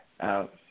out